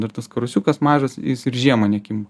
ir tas karosiukas mažas jis ir žiemą nekim